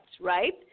right